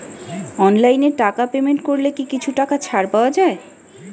অনলাইনে টাকা পেমেন্ট করলে কি কিছু টাকা ছাড় পাওয়া যায়?